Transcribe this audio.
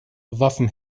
waffen